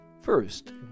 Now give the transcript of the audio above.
First